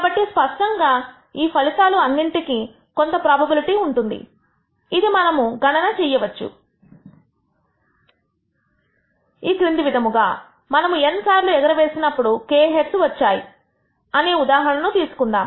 కాబట్టి స్పష్టంగా ఈ ఫలితాలు అన్నింటికీ కొంత ప్రోబబిలిటీ ఉంటుంది ఇది మనము గణన చేయవచ్చు ఈ క్రింది విధముగా మనము n సార్లు ఎగరవేసినప్పుడు k హెడ్స్ వచ్చాయి అనే ఉదాహరణను తీసుకుందాము